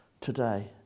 Today